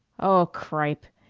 oh, cripe!